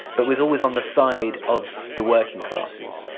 but was always on the side of the working classes.